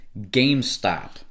GameStop